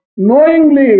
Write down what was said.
knowingly